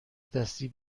دستی